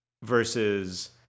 versus